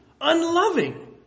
unloving